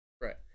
right